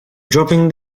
dropping